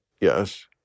Yes